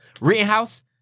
Rittenhouse